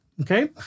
Okay